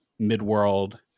midworld